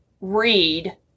read